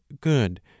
good